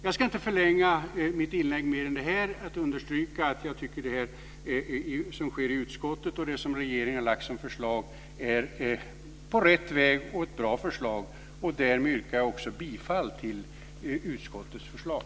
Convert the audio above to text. Jag ska inte förlänga mitt inlägg mer, utan understryka att jag tycker att det som sker i utskottet och det förslag som regeringen har lagt fram är på rätt väg. Det är ett bra förslag. Därmed yrkar jag också bifall till utskottets förslag.